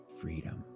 Freedom